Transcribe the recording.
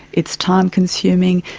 it's time-consuming,